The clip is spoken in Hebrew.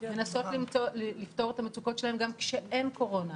מנסים לפתור את המצוקות שלהם גם כשאין קורונה,